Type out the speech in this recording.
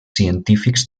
científics